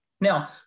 Now